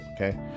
Okay